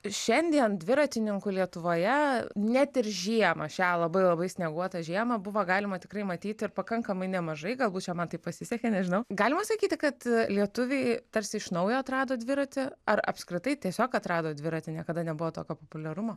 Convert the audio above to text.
šiandien dviratininkų lietuvoje net ir žiemą šią labai labai snieguotą žiemą buvo galima tikrai matyti ir pakankamai nemažai galbūt čia man taip pasisekė nežinau galima sakyti kad lietuviai tarsi iš naujo atrado dviratį ar apskritai tiesiog atrado dviratį niekada nebuvo tokio populiarumo